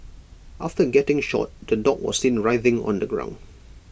after getting shot the dog was seen writhing on the ground